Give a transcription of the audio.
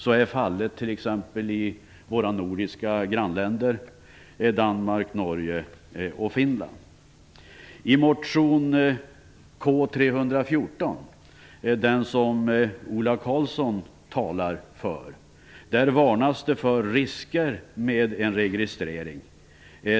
Så är fallet t.ex. i våra nordiska grannländer Danmark, Norge och Finland. I motion K314, den som Ola Karlsson talade för, varnas för risker med en registrering.